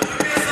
אדוני השר,